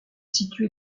situé